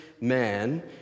man